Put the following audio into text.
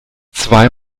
zwei